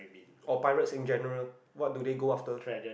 or pirates in general what do they go after